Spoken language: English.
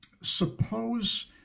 suppose